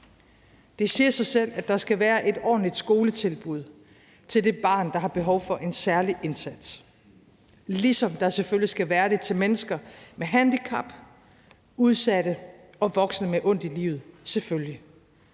Det siger sig selv, at der skal være et ordentligt skoletilbud til det barn, der har behov for en særlig indsats, ligesom der selvfølgelig skal være det til mennesker med handicap, udsatte og voksne med ondt i livet